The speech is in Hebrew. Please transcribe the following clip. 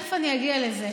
תכף אני אגיע לזה.